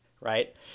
right